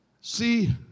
See